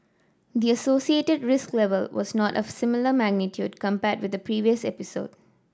the associated risk level was not of similar magnitude compared with the previous episode